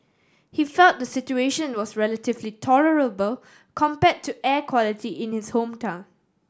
he felt the situation was relatively tolerable compared to air quality in his hometown